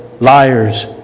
liars